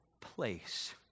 place